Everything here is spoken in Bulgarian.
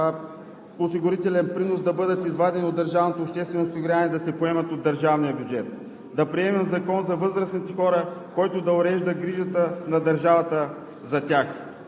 осигурителен принос, да бъдат извадени от държавното обществено осигуряване и да се поемат от държавния бюджет; да приемем закон за възрастните хора, който да урежда грижата на държавата за тях.